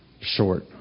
short